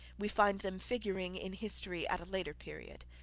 we find them figuring in history at a later period.